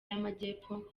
y’amajyepfo